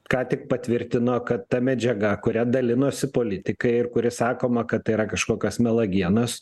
ką tik patvirtino kad ta medžiaga kuria dalinosi politikai ir kuri sakoma kad tai yra kažkokios melagienos